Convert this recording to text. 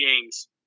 games